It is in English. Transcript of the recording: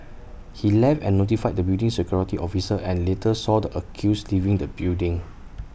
he left and notified the building's security officer and later saw the accused leaving the building